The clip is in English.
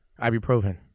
ibuprofen